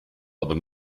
aber